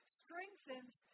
strengthens